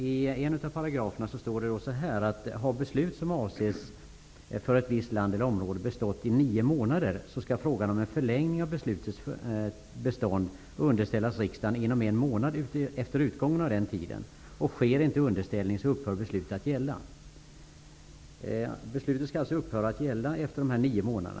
I en av paragraferna står det: ''Har beslut --- för ett visst land eller område bestått i nio månader, skall frågan om en förlängning av beslutets bestånd underställas riksdagen inom en månad efter utgången av den tiden --- Sker inte underställning --- upphör beslutet att gälla.'' Beslutet skall alltså upphöra att gälla efter dessa nio månader.